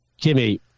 Jimmy